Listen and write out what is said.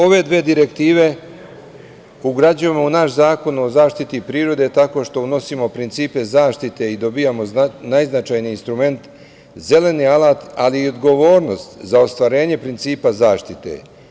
Ove dve direktive ugrađujemo u naš Zakon o zaštiti prirode tako što unosimo principe zaštite i dobijamo najznačajniji instrument – zeleni alat, ali i odgovornost za ostvarenje principa zaštite.